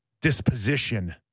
disposition